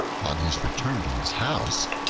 on his return to his house,